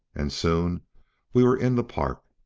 and soon we were in the park.